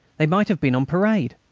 they might have been on parade.